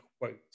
quote